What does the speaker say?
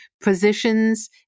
positions